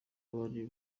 abari